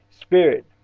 spirit